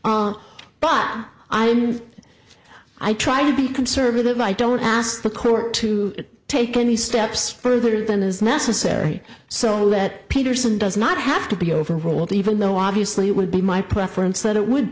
but i mean i try to be conservative i don't ask the court to take any steps further than is necessary so let peterson does not have to be overruled even though obviously it would be my preference that it would